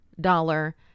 dollar